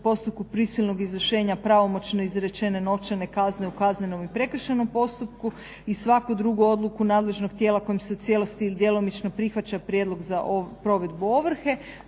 postupku prisilnog izvršenja pravomoćno izrečene novčane kazne u kaznenom i prekršajnom postupku i svaku drugu odluku nadležnog tijela kojim se u cijelosti ili djelomično prihvaća prijedlog za provedbu ovrhe